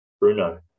Bruno